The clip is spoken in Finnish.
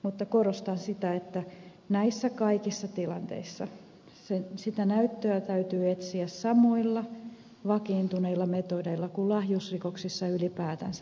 mutta korostan sitä että kaikissa tilanteissa näyttöä täytyy etsiä samoilla vakiintuneilla metodeilla kuin lahjusrikoksissa ylipäätänsä etsitään